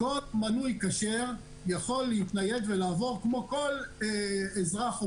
כל מנוי כשר יכול להתנייד ולעבור כמו כל אזרח או